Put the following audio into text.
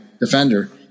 defender